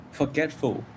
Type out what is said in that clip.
forgetful